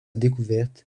découverte